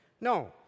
No